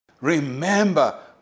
Remember